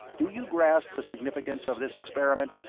do you grasp the significance, of this experiment?